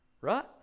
Right